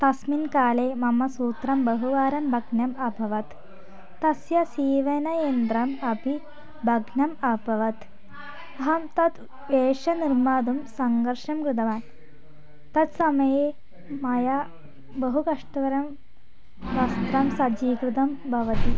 तस्मिन् काले मम सूत्रं बहुवारं भग्नम् अभवत् तस्य सीवनयन्त्रम् अपि भग्नम् अभवत् अहं तत् वेषं निर्मातुं सङ्गर्षं कृतवान् तत्समये मया बहुकष्टकरं वस्त्रं सज्जीकृतं भवति